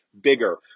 bigger